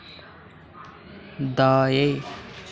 दाएँ